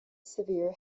severe